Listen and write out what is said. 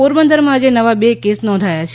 પોરબંદરમાં આજે નવા બે કેસ નોંધાયા છે